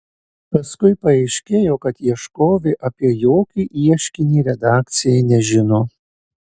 paskui paaiškėjo kad ieškovė apie jokį ieškinį redakcijai nežino